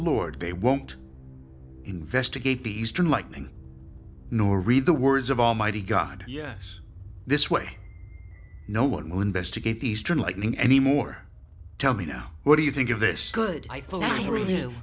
lord they won't investigate the eastern lightning nor read the words of almighty god yes this way no one will investigate eastern lightning any more tell me now what do you think of this good i